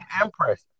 empress